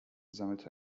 sammelte